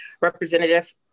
representative